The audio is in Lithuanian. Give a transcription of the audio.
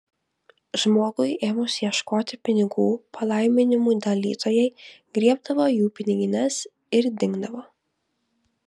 žmogui ėmus ieškoti pinigų palaiminimų dalytojai griebdavo jų pinigines ir dingdavo